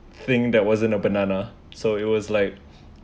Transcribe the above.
thing that wasn't a banana so it was like